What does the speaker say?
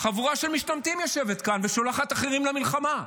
חבורה של משתמטים יושבת כאן ושולחת אחרים למלחמה,